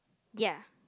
ya